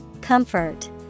Comfort